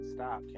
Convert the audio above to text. Stop